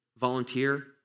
Volunteer